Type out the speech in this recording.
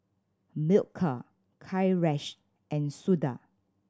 Milkha Kailash and Suda